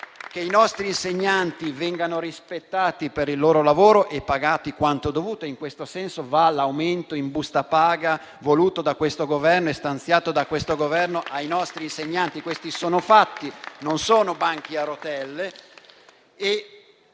che i nostri insegnanti vengano rispettati per il loro lavoro e pagati quanto dovuto. In questo senso va l'aumento in busta paga voluto e stanziato da questo Governo per i nostri insegnanti. Questi sono fatti, non sono banchi a rotelle.